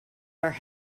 our